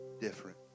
different